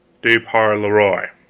de par le roi